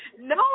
No